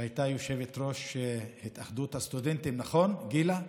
שהייתה יושבת-ראש התאחדות הסטודנטים, נכון, גילה?